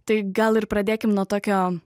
tai gal ir pradėkim nuo tokio